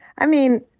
i mean,